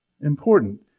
important